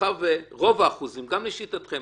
מאחר שגם לשיטתכם,